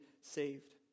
saved